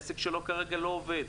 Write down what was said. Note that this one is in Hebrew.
העסק שלו כרגע לא עובד.